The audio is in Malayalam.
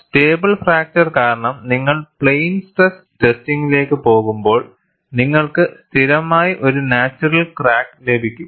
സ്റ്റേബിൾ ഫ്രാക്ചർ കാരണം നിങ്ങൾ പ്ലെയിൻ സ്ട്രെസ് ടെസ്റ്റിംഗിലേക്ക് പോകുമ്പോൾ നിങ്ങൾക്ക് സ്ഥിരമായി ഒരു നാച്ചുറൽ ക്രാക്ക് ലഭിക്കും